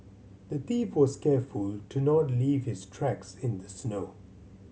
the thief was careful to not leave his tracks in the snow